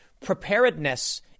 Preparedness